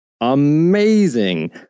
Amazing